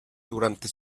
durante